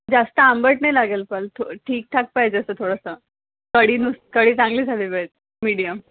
जास्त आंबट नाही लागेल पण ठीकठाक पाहिजे असं थोडंसं कढी नुस कढी चांगली झाली पाहिजे मिडियम